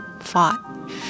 fought